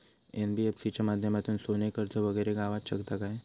NBFC च्या माध्यमातून सोने कर्ज वगैरे गावात शकता काय?